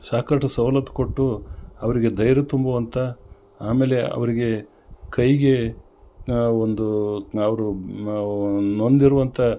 ಸಾಕಷ್ಟು ಸವ್ಲತ್ತು ಕೊಟ್ಟು ಅವರಿಗೆ ಧೈರ್ಯ ತುಂಬುವಂಥ ಆಮೇಲೆ ಅವರಿಗೆ ಕೈಗೆ ಒಂದು ಅವರು ನೊಂದಿರುವತ್ತ